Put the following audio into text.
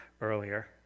earlier